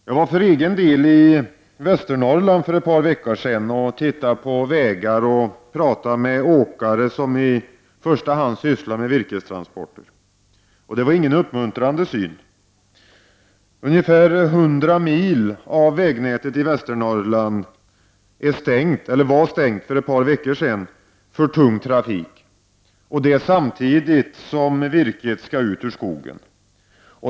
Jag var för egen del i Västernorrland för ett par veckor sedan och tittade på vägar och talade med åkare som i första hand arbetade med virkestransporter. Det var ingen uppmuntrande syn. Ungefär 100 mil av vägnätet i Väs ternorrland var stängt för tung trafik — samtidigt som virket skall ut ur skogen.